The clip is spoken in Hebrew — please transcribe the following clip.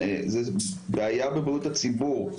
זו בעיה בבריאות הציבור,